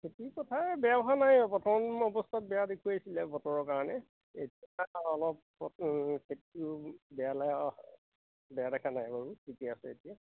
খেতিৰ পথাৰ বেয়া হোৱা নাই প্ৰথম অৱস্থাত বেয়া দেখুৱাইছিলে বতৰৰ কাৰণে এতিয়া অলপ খেতিটো বেয়া দেখা নাই বাৰু খেতি আছে এতিয়া